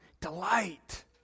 delight